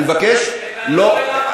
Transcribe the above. אני מבקש שלא,